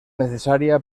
necesaria